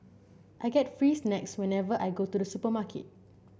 I get free snacks whenever I go to the supermarket